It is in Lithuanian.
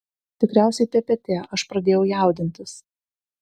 tikriausiai ppt aš pradėjau jaudintis